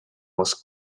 was